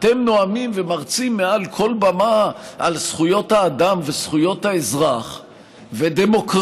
אתם נואמים ומרצים מעל כל במה על זכויות האדם וזכויות האזרח ודמוקרטיה,